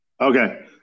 Okay